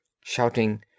Shouting